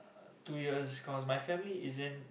two years cause my family isn't